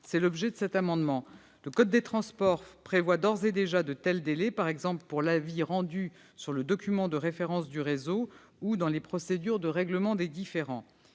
cette précision dans la loi. Le code des transports prévoit d'ores et déjà de tels délais, par exemple pour l'avis rendu sur le document de référence du réseau ou dans les procédures de règlement des différends.